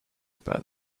about